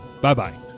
Bye-bye